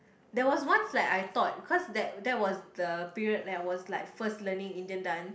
there was once like I thought cause that that was the period I was like first learning Indian done